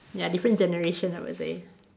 ya different generation I would say